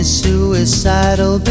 suicidal